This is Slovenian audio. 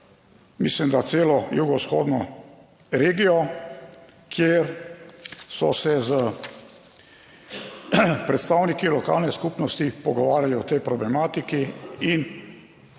mislim, da celo jugovzhodno regijo, kjer so se s predstavniki lokalne skupnosti pogovarjali o tej problematiki in